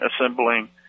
assembling